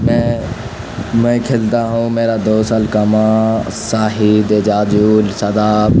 میں میں کھیلتا ہوں میرا دوست لقمان ساجد اعجازل صداب